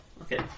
Okay